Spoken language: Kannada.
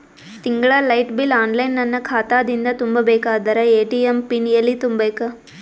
ತಿಂಗಳ ಲೈಟ ಬಿಲ್ ಆನ್ಲೈನ್ ನನ್ನ ಖಾತಾ ದಿಂದ ತುಂಬಾ ಬೇಕಾದರ ಎ.ಟಿ.ಎಂ ಪಿನ್ ಎಲ್ಲಿ ತುಂಬೇಕ?